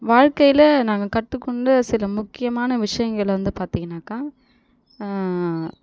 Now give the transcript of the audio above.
வாழ்க்கையில் நாங்கள் கற்றுக்கொண்ட சில முக்கியமான விஷயங்களை வந்து பார்த்தீங்கனாக்கா